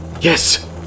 yes